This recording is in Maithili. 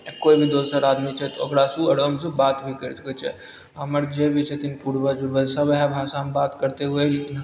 केओ भी दोसर आदमी छै तऽ ओकरासँ ओ आरामसँ बात भी करि सकैत छै हमर जे भी छथिन पुर्बज ओर्बज सब ओहए भाषामे बात करते हुए एलखिन हँ